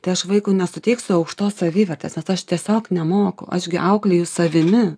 tai aš vaikui nesuteiksiu aukštos savivertės nes aš tiesiog nemoku aš gi auklėju savimi